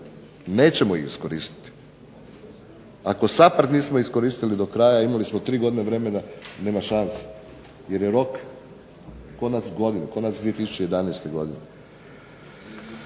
nećemo ih iskoristiti. Ako SAPARD nismo iskoristili do kraja, a imali smo 3 godine vremena, nema šanse jer je rok konac godine, konac 2011. godine.